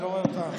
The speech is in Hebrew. אני לא רואה אותו.